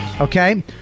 Okay